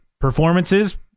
performances